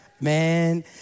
Man